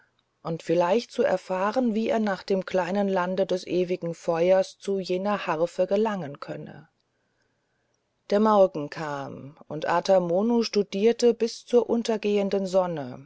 und vielleicht zu erfahren wie er nach dem kleinen land des ewigen feuers zu jener harfe gelangen könne der morgen kam und ata mono studierte bis zur untergehenden sonne